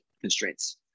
constraints